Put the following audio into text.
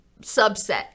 subset